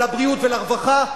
לבריאות ולרווחה,